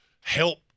help